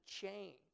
change